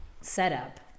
setup